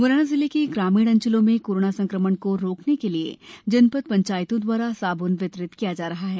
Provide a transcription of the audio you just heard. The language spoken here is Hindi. मुरैना जिले के ग्रामीण अंचलों में कोरोना संकमण को रोकने के लिये जनपद पंचायतों द्वारा साबुन वितरित किया जा रहा है